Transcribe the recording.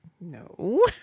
no